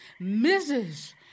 Mrs